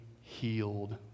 healed